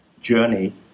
journey